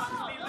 לא, לא.